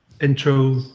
intro